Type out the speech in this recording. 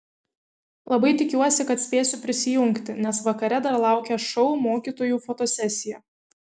labai tikiuosi kad spėsiu prisijungti nes vakare dar laukia šou mokytojų fotosesija